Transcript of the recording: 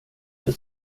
för